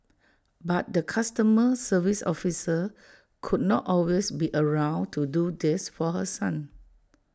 but the customer service officer could not always be around to do this for her son